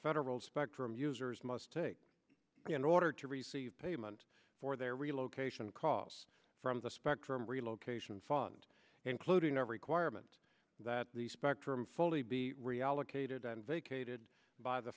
federal spectrum users must take in order to receive payment for their relocation costs from the spectrum relocation fund including of requirements that the spectrum fully be reallocated been vacated by the